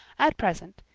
at present,